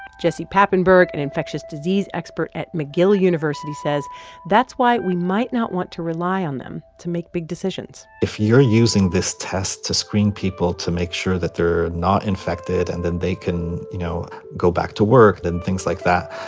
jesse papenburg, an and infectious disease expert at mcgill university, says that's why we might not want to rely on them to make big decisions if you're using this test to screen people to make sure that they're not infected and then they can, you know, go back to work then things like that,